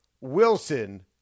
Wilson